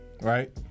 right